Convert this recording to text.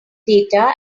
data